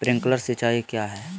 Sprinkler सिंचाई क्या है?